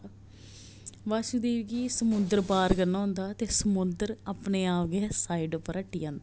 वासुदेव गी समुन्द्र पार करना होंदा ते समुन्द्र अपने आप ई साइड उप्पर हटी जंदा